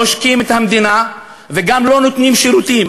עושקים את המדינה, וגם לא נותנים שירותים.